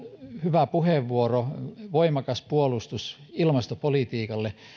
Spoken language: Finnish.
hyvä puheenvuoro voimakas puolustus ilmastopolitiikalle